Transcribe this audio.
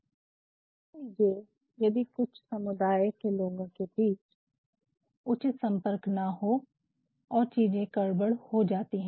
मान लीजिये यदि कुछ समुदाय के लोगो बीच उचित संपर्क न हो और चीज़े गड़बड़ हो जाती है